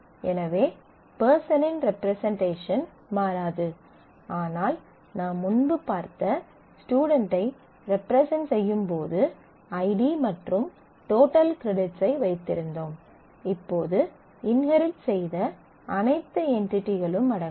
எனவே பெர்சனின் ரெப்ரசன்ட்டேஷன் மாறாது ஆனால் நாம் முன்பு ஸ்டுடென்ட் ஐ ரெப்ரசன்ட் செய்யும் போது ஐடி மற்றும் டோட்டல் கிரெடிட்ஸ் ஐ வைத்திருந்தோம் இப்போது இன்ஹெரிட் செய்த அனைத்து என்டிடிகளும் அடங்கும்